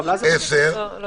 (10)